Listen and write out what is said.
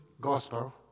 gospel